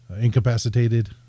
incapacitated